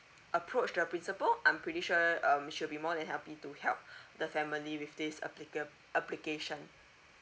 approach the principal I'm pretty sure um she will be more than happy to help the family with this applica~ application